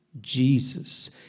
Jesus